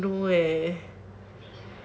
I don't know eh